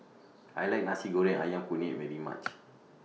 I like Nasi Goreng Ayam Kunyit very much